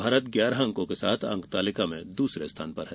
भारत ग्यारह अंक के साथ अंकतालिका में दूसरे स्थान पर है